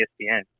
ESPN